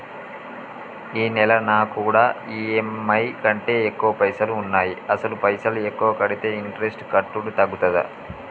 ఈ నెల నా కాడా ఈ.ఎమ్.ఐ కంటే ఎక్కువ పైసల్ ఉన్నాయి అసలు పైసల్ ఎక్కువ కడితే ఇంట్రెస్ట్ కట్టుడు తగ్గుతదా?